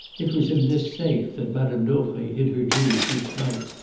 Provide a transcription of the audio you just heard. it was in this safe that madame dauvray hid her jewels each night,